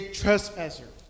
trespasser